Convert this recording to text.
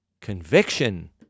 conviction